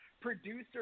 producer